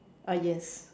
ah yes